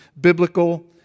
biblical